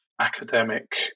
academic